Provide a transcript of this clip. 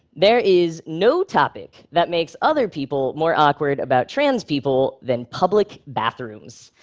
there is no topic that makes other people more awkward about trans people than public bathrooms.